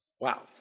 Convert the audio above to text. Wow